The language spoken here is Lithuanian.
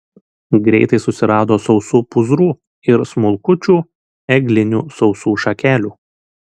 greitai susirado sausų pūzrų ir smulkučių eglinių sausų šakelių